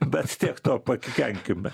bet tiek to pakikenkime